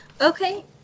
Okay